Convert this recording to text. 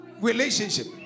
relationship